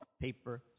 Paper